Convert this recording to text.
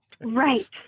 Right